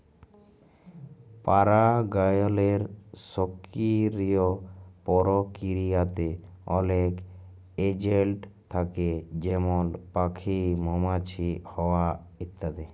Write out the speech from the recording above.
পারাগায়লের সকিরিয় পরকিরিয়াতে অলেক এজেলট থ্যাকে যেমল প্যাখি, মমাছি, হাওয়া ইত্যাদি